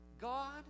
God